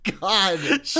God